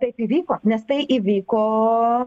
taip įvyko nes tai įvyko